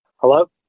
Hello